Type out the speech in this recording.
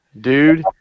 Dude